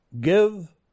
give